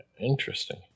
Interesting